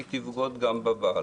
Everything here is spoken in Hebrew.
היא תבגוד גם בבעל".